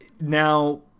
Now